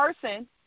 person